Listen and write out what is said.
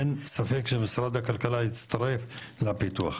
אין ספק שמשרד הכלכלה יצטרף לפיתוח.